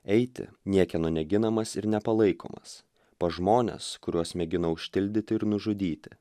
eiti niekieno neginamas ir nepalaikomas pas žmones kuriuos mėgina užtildyti ir nužudyti